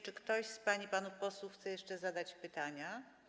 Czy ktoś z pań i panów posłów chce jeszcze zadać pytania?